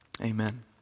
Amen